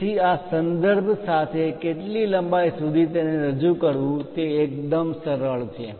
તેથી આ સંદર્ભ સાથે કેટલી લંબાઈ સુધી તેને રજૂ કરવું તે એકદમ સરળ છે